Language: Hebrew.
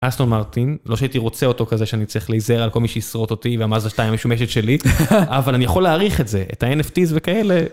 אסטון מרטין, לא שהייתי רוצה אותו כזה שאני צריך להיזהר על כל מי שישרוט אותי והמאזדה 2 המשומשת שלי, אבל אני יכול להעריך את זה את הNFTs וכאלה...